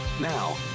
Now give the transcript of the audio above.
Now